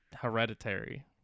hereditary